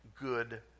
good